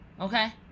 Okay